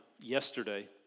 yesterday